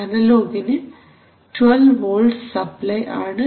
അനലോഗിന് 12 volts supply ആണ്